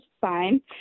fine